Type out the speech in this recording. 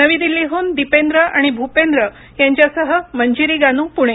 नवी दिल्लीहून दीपेंद्र आणि भूपेंद्र यांच्यासह मंजिरी गानू पुणे